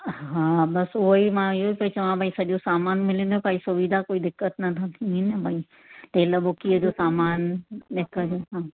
हा बसि उहो ई मां इहो पई चवां पई सॼो सामान मिले न भाई सुविधा कोई दिक़त न थींदी न भई तेल बुकीअ जो सामान ॾिख जो सामान